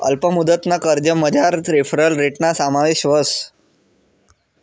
अल्प मुदतना कर्जमझार रेफरल रेटना समावेश व्हस